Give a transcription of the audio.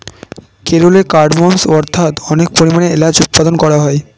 কেরলে কার্ডমমস্ অর্থাৎ অনেক পরিমাণে এলাচ উৎপাদন করা হয়